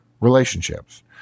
relationships